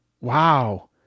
wow